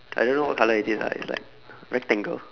I don't what colour is this lah it's like rectangle